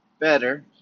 better